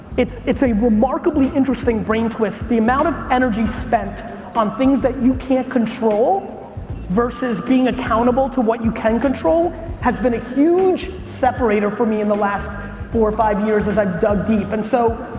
it's it's a remarkably interesting brain twist. the amount of energy spent on things that you can't control versus being accountable to what you can control has been a huge separator for me in the last four, five years as i dug deep. and so,